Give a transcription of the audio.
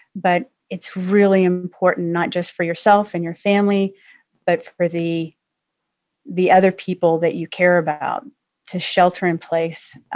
but it's really important not just for yourself and your family but for the the other people that you care about to shelter in place